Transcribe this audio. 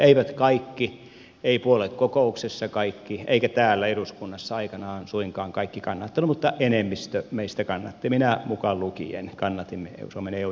eivät kaikki eivät puoluekokouksessa kaikki eivätkä täällä eduskunnassa aikanaan suinkaan kaikki kannattaneet mutta enemmistö meistä kannatti minä mukaan lukien suomen eu jäsenyyttä